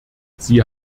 sie